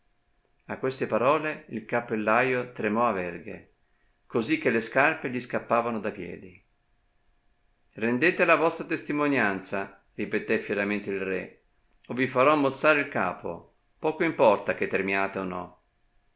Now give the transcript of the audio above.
a queste parole il cappellaio tremò a verghe così che le scarpe gli scappavano da piedi rendete la vostra testimonianza ripetè fieramente il re o vi farò mozzare il capo poco importa che tremiate o no